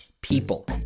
people